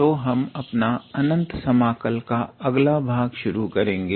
तो हम अपना अनंत समाकल का अगला भाग शुरू करेंगे